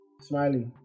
smiley